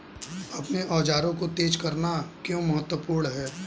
अपने औजारों को तेज करना क्यों महत्वपूर्ण है?